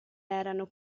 erano